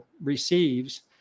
receives